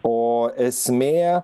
o esmė